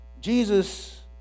Jesus